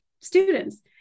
students